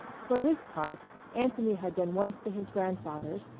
for his part anthony had been once to his grandfather's,